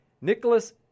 Nicholas